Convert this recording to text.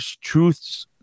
truths